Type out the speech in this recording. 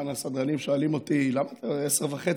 כאן הסדרנים שואלים אותי: למה ב-22:30,